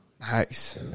Nice